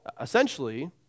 Essentially